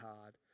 hard